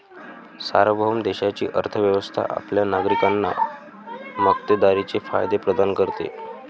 सार्वभौम देशाची अर्थ व्यवस्था आपल्या नागरिकांना मक्तेदारीचे फायदे प्रदान करते